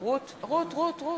מצביעה עמיר פרץ,